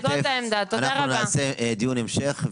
יהיה דיון המשך.